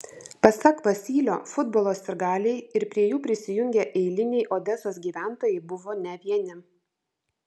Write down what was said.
pasak vasylio futbolo sirgaliai ir prie jų prisijungę eiliniai odesos gyventojai buvo ne vieni